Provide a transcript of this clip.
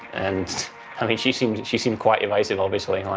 and i mean, she seems she seems quite evasive, obviously,